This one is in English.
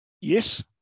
yes